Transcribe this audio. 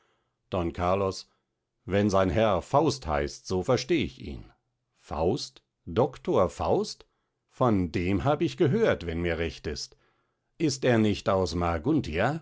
don carlos wenn sein herr faust heißt so versteh ich ihn faust doctor faust von dem hab ich gehört wenn mir recht ist ist er nicht aus